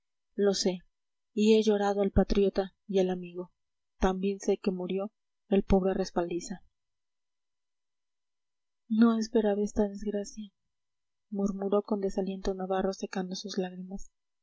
lo sé y he llorado al patriota y al amigo también sé que murió el pobre respaldiza no esperaba esta desgracia murmuró con desaliento navarro secando sus lágrimas